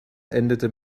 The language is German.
endete